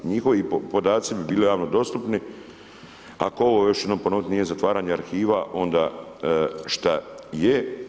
Njihovi podaci bi bili javno dostupni, ako ovo još jednom ponoviti, nije, zatvaranje arhiva, onda šta je?